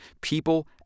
people